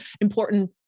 important